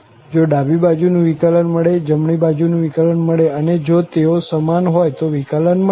જો ડાબી બાજુ નું વિકલન મળે જમણી બાજુ નું વિકલન મળે અને જો તેઓ સમાન હોય તો વિકલન મળશે